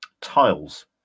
tiles